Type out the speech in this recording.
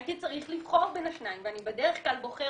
הייתי צריך לבחור בין השניים ואני בדרך כלל בוחר